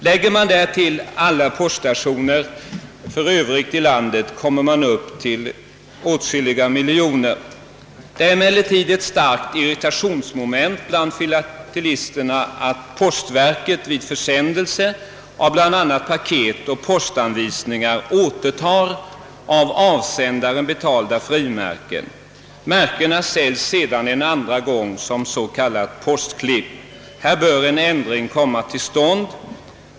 Lägger man därtill alla poststationer i det övriga landet kommer man upp till åtskilliga miljoner. Det är emellertid ett starkt irritationsmoment bland filatelisterna att postverket vid försändelse av bl.a. paket och postanvisningar återtar av avsändaren betalda frimärken. Märkena säljs sedan en andra gång som s.k. postklipp. Här bör en ändring komma till stånd.